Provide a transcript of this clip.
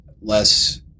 less